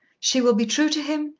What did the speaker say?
she will be true to him,